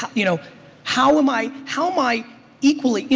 how you know how am i how am i equally,